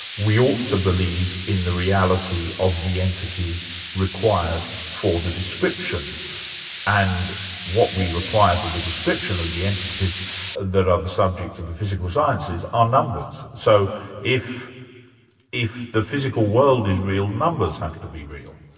we ought to believe in the reality of the entities required for the description and what we require for the description of the entities that are the subject of the physical sciences are numbers. so if if the physical world is real, numbers have to be real.